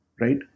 right